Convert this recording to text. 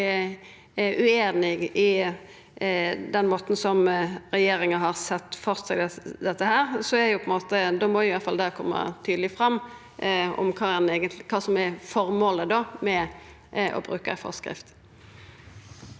og er ueinig i den måten som regjeringa har sett føre seg dette, må det iallfall koma tydeleg fram kva som er føremålet med å bruka ei forskrift.